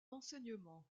enseignements